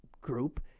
group